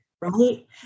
right